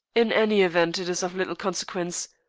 in any event, it is of little consequence.